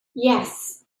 yes